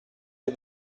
les